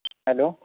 hello